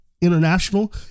International